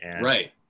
Right